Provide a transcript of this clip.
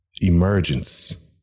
emergence